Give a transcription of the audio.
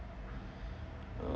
uh